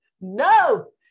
No